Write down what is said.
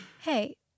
Hey